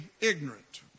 ignorant